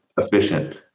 efficient